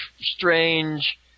strange